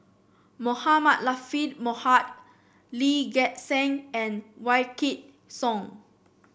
Mohamed Latiff Mohamed Lee Gek Seng and Wykidd Song